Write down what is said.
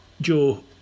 Joe